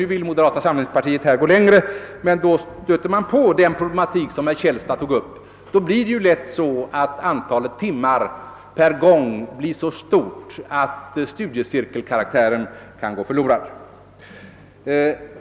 Nu vill moderata samlingspartiet här gå längre, men då stöter man på den problematik som herr Källstad tog upp. Då blir det ju lätt så att antalet timmar per gång blir så stort att studiecirkelkaraktären kan gå förlorad.